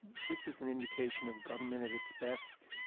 this is an indication of government at its best.